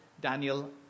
Daniel